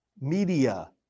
media